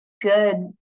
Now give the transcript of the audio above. good